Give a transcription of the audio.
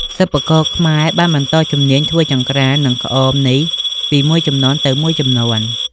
សិប្បករខ្មែរបានបន្តជំនាញធ្វើចង្ក្រាន និងក្អមនេះពីមួយជំនាន់ទៅមួយជំនាន់។